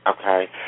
okay